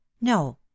no